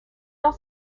dans